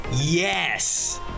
Yes